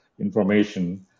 information